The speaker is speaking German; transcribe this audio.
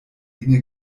dinge